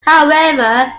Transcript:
however